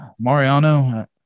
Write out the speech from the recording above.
Mariano